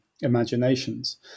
imaginations